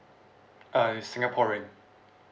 uh singaporean